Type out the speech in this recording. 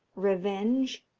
revenge,